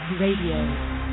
Radio